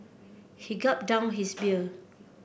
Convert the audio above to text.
he gulped down his beer